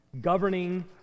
governing